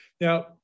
Now